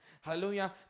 Hallelujah